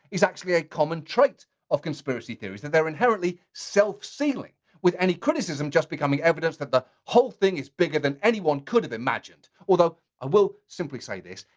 is actually a common trait of conspiracy theories that they're inherently self-sealing, with any criticism just becoming evidence that the whole thing is bigger than anyone could have imagined. although, i will simply say this.